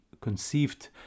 conceived